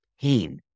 pain